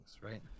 right